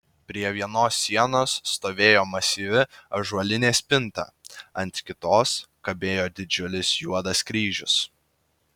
prie vienos sienos stovėjo masyvi ąžuolinė spinta ant kitos kabėjo didžiulis juodas kryžius